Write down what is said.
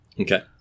okay